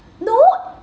no